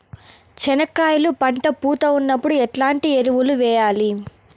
చెనక్కాయలు పంట పూత ఉన్నప్పుడు ఎట్లాంటి ఎరువులు వేయలి?